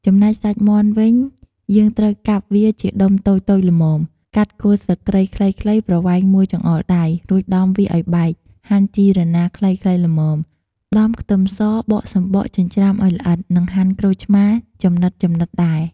ចំណែកសាច់មាន់វិញ យើងត្រូវកាប់វាជាដុំតូចៗល្មម កាត់គល់ស្លឹកគ្រៃខ្លីៗប្រវែងមួយចង្អុលដៃ រួចដំវាឱ្យបែក ហាន់ជីរណារខ្លីៗល្មម ដំខ្ទឹមស បកសំបកចិញ្ច្រាំឲ្យល្អិត និងហាន់ក្រូចឆ្មាចំណិតៗដែរ។